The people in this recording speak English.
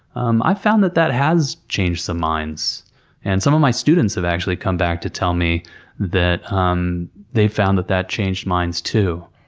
um i've found that that has changed some minds and some of my students have actually come back to tell me that um they found that that changed minds.